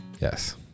Yes